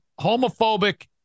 homophobic